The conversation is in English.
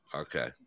Okay